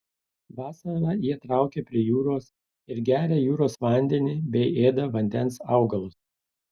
vasarą jie traukia prie jūros ir geria jūros vandenį bei ėda vandens augalus